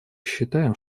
считаем